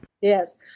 yes